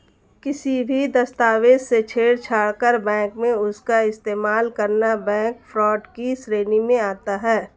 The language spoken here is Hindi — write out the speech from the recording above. किसी भी दस्तावेज से छेड़छाड़ कर बैंक में उसका इस्तेमाल करना बैंक फ्रॉड की श्रेणी में आता है